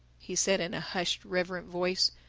he said in a hushed reverent voice,